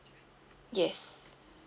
yes